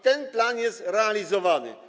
Ten plan jest realizowany.